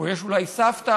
או יש אולי סבתא